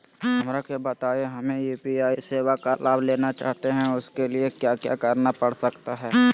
हमरा के बताइए हमें यू.पी.आई सेवा का लाभ लेना चाहते हैं उसके लिए क्या क्या करना पड़ सकता है?